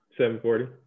7.40